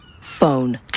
Phone